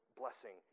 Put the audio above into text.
blessing